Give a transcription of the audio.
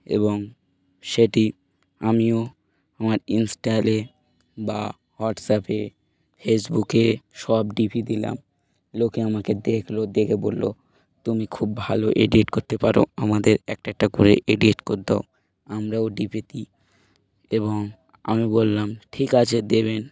এবং সেটি আমিও আমার ইনস্টালে বা হোয়াটসঅ্যাপে ফেসবুকে সব ডিপি দিলাম লোকে আমাকে দেখলো দেখে বললো তুমি খুব ভালো এডিট করতে পারো আমাদের একটা একটা করে এডিট করে দাও আমরাও ডিপি দিই এবং আমি বললাম ঠিক আছে দেবেন